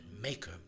maker